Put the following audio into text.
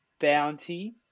bounty